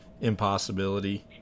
impossibility